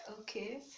okay